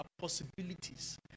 possibilities